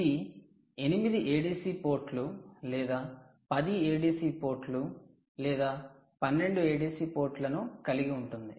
ఇది 8 ADC పోర్టులు లేదా 10 ADC పోర్టులు లేదా 12 ADC పోర్టులను కలిగి ఉంటుంది